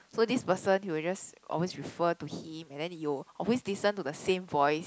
so this person he will just always refer to him and then you'll always listen to the same voice